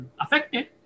affected